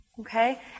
Okay